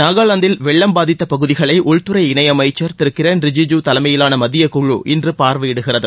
நாகலாந்தில் வெள்ளம் பாதித்த பகுதிகளை உள்துறை இணை அமைச்சர் திரு கிரண் ரிஜிஜூ தலைமையிலான மத்திய குழு இன்று பார்வையிடுகிறது